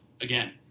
again